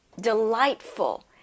delightful